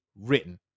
written